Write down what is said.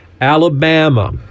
Alabama